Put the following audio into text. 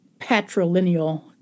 patrilineal